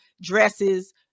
dresses